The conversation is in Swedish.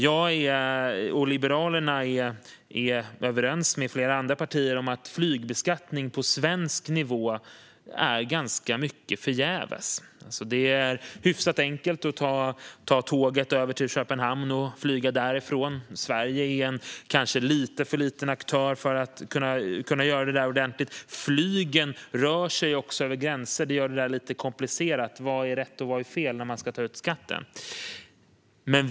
Jag och Liberalerna är överens med flera andra partier om att flygbeskattning på svensk nivå ganska mycket är förgäves. Det är hyfsat enkelt att ta tåget över till Köpenhamn och flyga därifrån. Sverige är kanske en lite för liten aktör för att kunna göra detta ordentligt. Flygen rör sig också över gränser, vilket gör det lite komplicerat: Vad är rätt och vad är fel när man ska ta ut skatten?